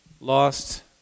lost